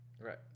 Right